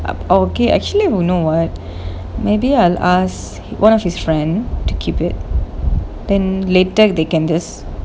oh okay actually you know what maybe I'll ask one of his friend to keep it then later they can just